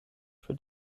für